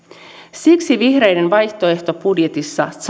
siksi vihreiden vaihtoehtobudjetissa